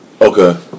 Okay